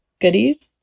goodies